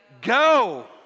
go